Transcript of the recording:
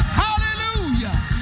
hallelujah